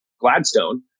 Gladstone